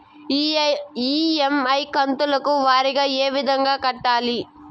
EMI కంతుల వారీగా ఏ విధంగా కట్టాలి